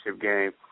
game